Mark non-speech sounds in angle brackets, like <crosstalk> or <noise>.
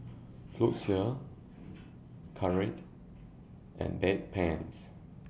<noise> Floxia <noise> Caltrate and Bedpans